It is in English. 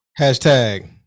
Hashtag